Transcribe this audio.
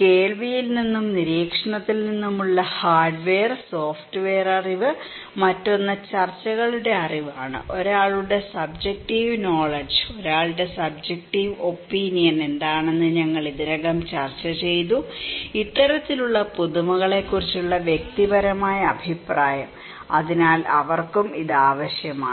കേൾവിയിൽ നിന്നും നിരീക്ഷണത്തിൽ നിന്നുമുള്ള ഹാർഡ്വെയർ സോഫ്റ്റ്വെയർ അറിവ് മറ്റൊന്ന് ചർച്ചകളുടെ അറിവാണ് ഒരാളുടെ സബ്ജെക്റ്റീവ് നോളഡ്ജ് ഒരാളുടെ സബ്ജെക്റ്റീവ് ഒപീനിയൻ എന്താണെന്ന് ഞങ്ങൾ ഇതിനകം ചർച്ച ചെയ്തു ഇത്തരത്തിലുള്ള പുതുമകളെക്കുറിച്ചുള്ള വ്യക്തിപരമായ അഭിപ്രായം അതിനാൽ അവർക്കും ഇത് ആവശ്യമാണ്